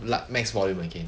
loud max volume again